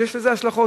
יש לזה השלכות.